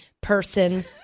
person